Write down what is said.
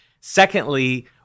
Secondly